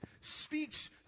speaks